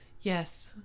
yes